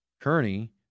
Kearney